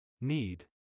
Need